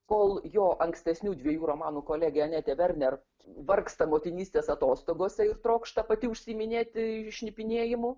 kol jo ankstesnių dviejų romanų kolege netė verner vargsta motinystės atostogose ir trokšta pati užsiiminėti šnipinėjimu